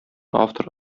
автор